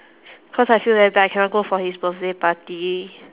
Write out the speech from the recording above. cause I feel very bad I cannot go for his birthday party